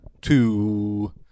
two